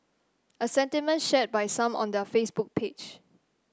a sentiment shared by some on their Facebook page